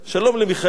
שלום למיכאל,